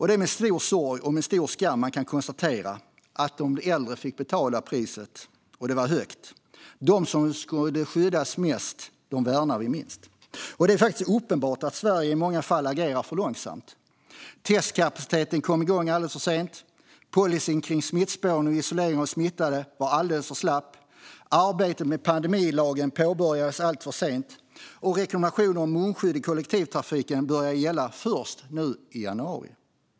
Det är med stor sorg och med stor skam som man kan konstatera att de äldre fick betala priset och att det var högt. De som skulle skyddas mest värnade vi minst. Det är faktiskt uppenbart att Sverige i många fall agerat för långsamt. Testningen kom igång alldeles för sent. Policyn kring smittspårning och isolering av smittade var alldeles för slapp. Arbetet med pandemilagen påbörjades alltför sent. Rekommendationer om munskydd i kollektivtrafiken började gälla först nu i januari.